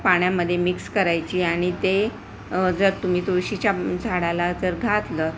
पाण्यामध्ये मिक्स करायची आणि ते जर तुम्ही तुळशीच्या झाडाला जर घातलं